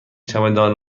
چمدان